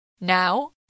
Now